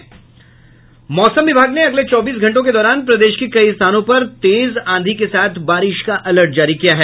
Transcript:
मौसम विभाग ने अगले चौबीस घंटों के दौरान प्रदेश के कई स्थानों पर तेज आंधी के साथ बारिश का अलर्ट जारी किया है